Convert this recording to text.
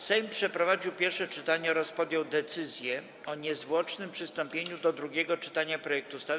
Sejm przeprowadził pierwsze czytanie oraz podjął decyzję o niezwłocznym przystąpieniu do drugiego czytania projektu ustawy.